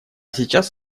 сейчас